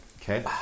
Okay